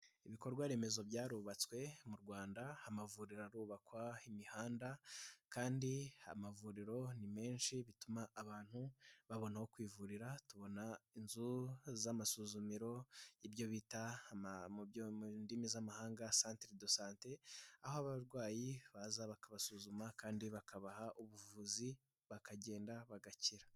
Ibikorwa remezo byarubatswe mu Rwanda, amavuriro arubakwa, imihanda kandi amavuriro ni menshi bituma abantu babona aho kwivurira, tubona inzu z'amasuzumiro ibyo bita mu ndimi z'amahanga santere do sante, aho abarwayi baza bakabasuzuma kandi bakabaha ubuvuzi bakagenda bagakira.